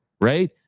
Right